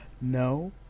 No